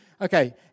Okay